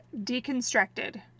Deconstructed